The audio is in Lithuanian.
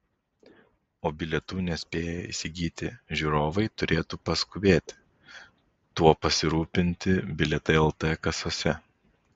o bilietų nespėję įsigyti žiūrovai turėtų paskubėti tuo pasirūpinti bilietai lt kasose